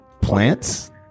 Plants